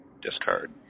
discard